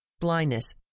blindness